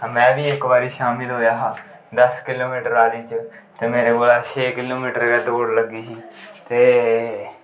में बी इक बारी शाम्मी दौड़ेआ हा दस किलो मीटर आह्ली च ते मेरे कोला छे किलो मीटर गै दौड़ लग्गी ही ते